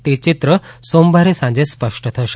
તે ચિત્ર સોમવારે સાંજે સ્પષ્ટ થશે